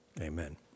Amen